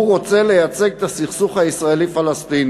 הוא רוצה לייצג את הסכסוך הישראלי-פלסטיני,